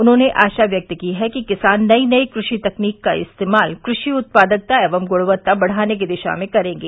उन्होंने आशा व्यक्त की है कि किसान नई नई कृषि तकनीक का इस्तेमाल कृषि उत्पादकता एवं गुणवत्ता बढ़ाने की दिशा में करेंगे